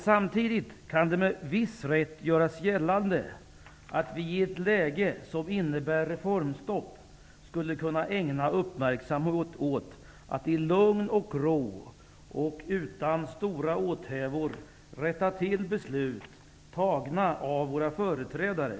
Samtidigt kan det med viss rätt göras gällande att vi i ett läge som innebär reformstopp skulle kunna ägna uppmärksamhet åt att i lugn och ro och utan stora åthävor rätta till beslut fattade av våra företrädare.